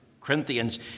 Corinthians